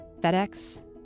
FedEx